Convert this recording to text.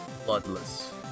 Bloodless